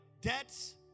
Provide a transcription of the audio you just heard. Debts